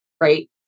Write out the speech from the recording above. Right